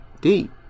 Deep